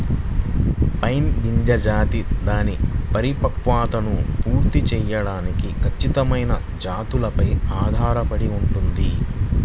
pine గింజ జాతి దాని పరిపక్వతను పూర్తి చేయడానికి ఖచ్చితమైన జాతులపై ఆధారపడి ఉంటుంది